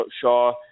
Shaw